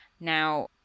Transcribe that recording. now